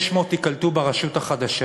600 ייקלטו ברשות החדשה